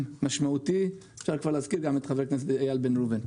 משמעותי וגם חבר כנסת לשעבר איל בן ראובן.